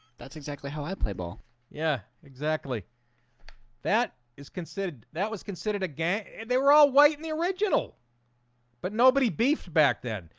that's exactly how i play ball yeah exactly that is considered that was considered a gang and they were all white in the original but nobody beefs back then.